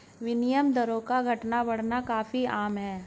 विनिमय दरों का घटना बढ़ना काफी आम है